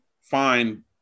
fine